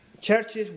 Churches